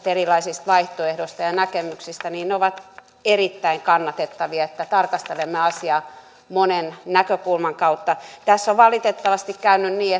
erilaisista vaihtoehdoista ja näkemyksistä ovat erittäin kannatettavia ja tarkastelemme asiaa monen näkökulman kautta tässä on valitettavasti käynyt niin